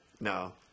No